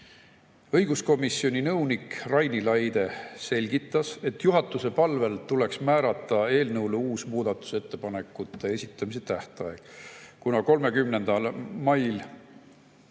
Õiguskomisjoni nõunik Raini Laide selgitas, et juhatuse palvel tuleks määrata eelnõu kohta muudatusettepanekute esitamiseks uus tähtaeg, kuna 30. mail